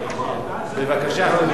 בבקשה, חבר הכנסת,